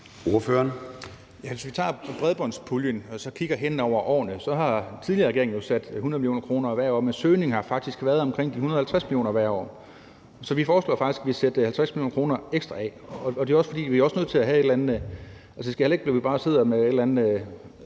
vi tager bredbåndspuljen og vi kigger hen over årene, har den tidligere regering jo sat 100 mio. kr. af, men søgningen har faktisk været omkring de 150 mio. kr. hvert år. Så vi foreslår faktisk, at vi sætter 50 mio. kr. ekstra af, for det skal jo heller ikke